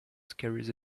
carries